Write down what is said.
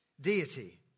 deity